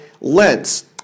lens